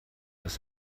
dass